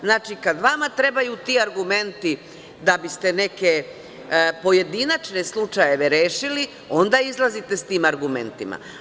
Znači, kad vama trebaju ti argumenti da biste neke pojedinačne slučajeve rešili, onda izlazite s tim argumentima.